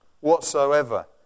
whatsoever